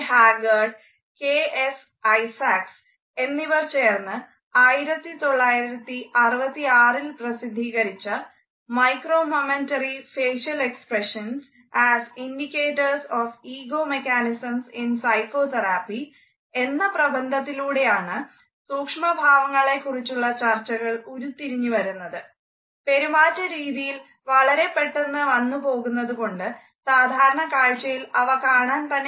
ഹാഗ്ഗർട് K